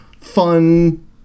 fun